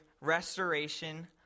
restoration